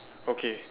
okay